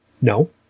No